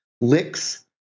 licks